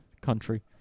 country